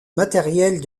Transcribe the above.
matériel